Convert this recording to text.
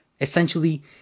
Essentially